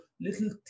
little